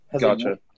Gotcha